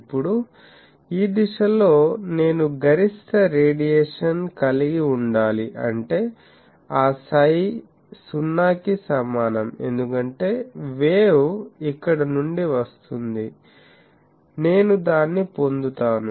ఇప్పుడు ఈ దిశలో నేను గరిష్ట రేడియేషన్ కలిగి ఉండాలి అంటే ఆ సై 0 కి సమానం ఎందుకంటే వేవ్ ఇక్కడ నుండి వస్తుంది నేను దాన్ని పొందుతాను